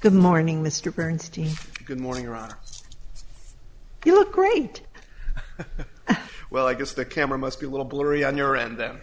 good morning mr bernstein good morning ron you look great well i guess the camera must be a little blurry on your end them